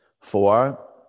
Four